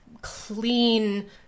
clean